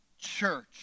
church